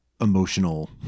emotional